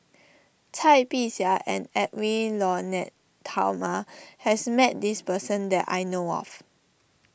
Cai Bixia and Edwy Lyonet Talma has met this person that I know of